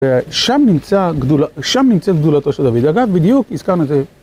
ושם נמצאת גדולתו של דוד, אגב בדיוק הזכרנו את זה